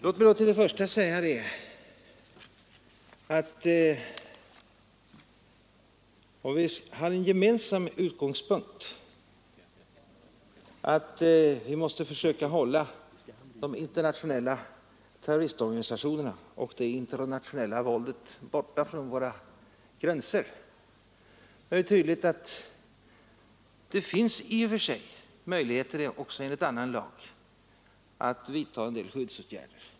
Låt mig då få säga att om vi har som gemensam utgångspunkt att vi måste försöka hålla de internationella terroristorganisationerna och det internationella våldet borta från våra gränser, är det tydligt att det i och för sig. finns möjligheter också enligt annan lag att vidta en del skyddsåtgärder.